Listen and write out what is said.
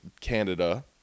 Canada